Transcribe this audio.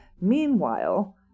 Meanwhile